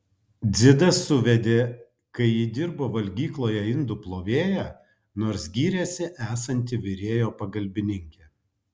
dzidas suvedė kai ji dirbo valgykloje indų plovėja nors gyrėsi esanti virėjo pagalbininkė